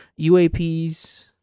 uaps